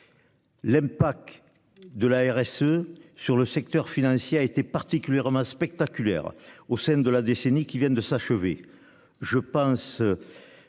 L'aime. De la RSE sur le secteur financier a été particulièrement spectaculaire au sein de la décennie qui vient de s'achever,